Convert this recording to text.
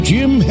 Jim